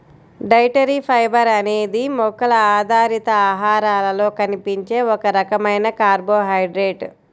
dietary fibre అనేది మొక్కల ఆధారిత ఆహారాలలో కనిపించే ఒక రకమైన కార్బోహైడ్రేట్